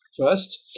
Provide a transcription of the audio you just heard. First